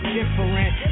different